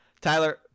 Tyler